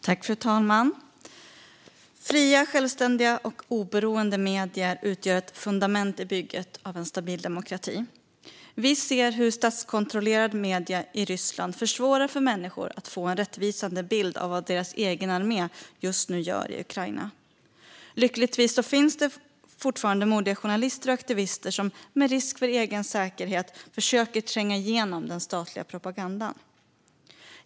Fru talman! Fria, självständiga och oberoende medier utgör ett fundament i bygget av en stabil demokrati. Vi ser hur statskontrollerade medier i Ryssland försvårar för människor att få en rättvisande bild av vad deras egen armé just nu gör i Ukraina. Lyckligtvis finns det fortfarande modiga journalister och aktivister som med risk för egen säkerhet försöker tränga igenom den statliga propagandan.